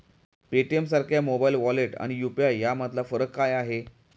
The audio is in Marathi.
पेटीएमसारख्या मोबाइल वॉलेट आणि यु.पी.आय यामधला फरक काय आहे?